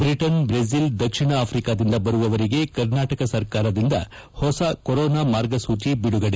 Britain Brazil ದಕ್ಷಿಣಾ ಆಫ್ರಿಕಾದಿಂದ ಬರುವವರಿಗೆ ಕರ್ನಾಟಕ ಸರ್ಕಾರದಿಂದ ಹೊಸ ಕೊರೋನಾ ಮಾರ್ಗಸೂಚಿ ಬಿಡುಗಡೆ